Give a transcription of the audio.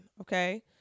Okay